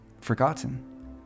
forgotten